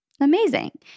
amazing